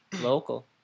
local